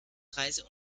reise